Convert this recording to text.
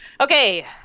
Okay